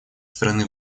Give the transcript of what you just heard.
страны